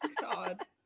God